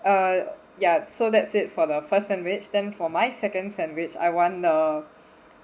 uh ya so that's it for the first sandwich then for my second sandwich I want uh